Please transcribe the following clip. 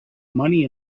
money